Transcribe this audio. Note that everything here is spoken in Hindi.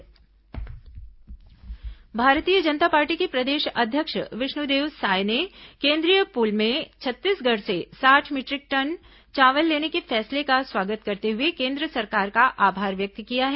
चावल भाजपा भारतीय जनता पार्टी के प्रदेश अध्यक्ष विष्णुदेव साय ने केंद्रीय पूल में छत्तीसगढ़ से साठ मीटरिक टन चावल लेने के फैसले का स्वागत करते हुए केन्द्र सरकार का आभार व्यक्त किया है